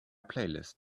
playlist